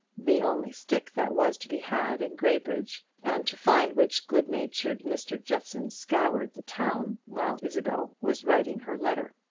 the only stick that was to be had in graybridge, and to find which good-natured mr. jeffson scoured the town, while isabel was writing her letter.